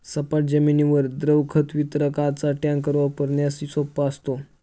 सपाट जमिनीवर द्रव खत वितरकाचा टँकर वापरण्यास सोपा असतो